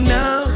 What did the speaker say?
now